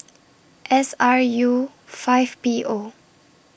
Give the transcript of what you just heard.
S R U five P O